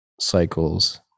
cycles